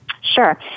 Sure